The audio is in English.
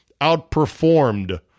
outperformed